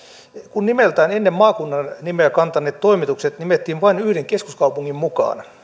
kun nimessään ennen maakunnan nimeä kantaneet toimitukset nimettiin vain yhden keskuskaupungin mukaan